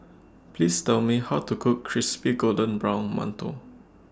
Please Tell Me How to Cook Crispy Golden Brown mantou